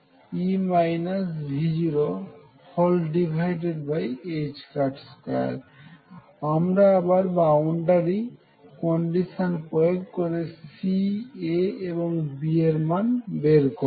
আবার আমরা boundary condition প্রয়োগ করে C A এবং B এর মান বের করবো